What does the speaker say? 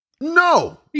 No